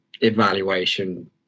evaluation